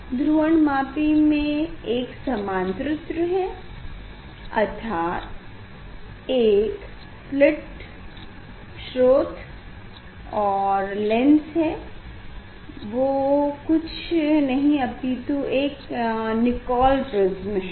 ध्रुवणमापी में एक समांतरित्र है अर्थात एक स्लिट स्रोत और लेंस है वो कुछ नहीं अपितु एक निकोल प्रिस्म है